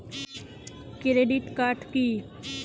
Credit card কি?